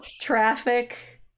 Traffic